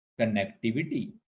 connectivity